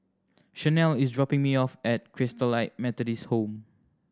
Shanelle is dropping me off at Christalite Methodist Home